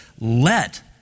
let